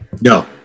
No